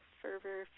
fervor